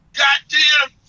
goddamn